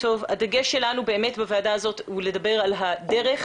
הדגש בוועדה הזאת הוא לדבר על הדרך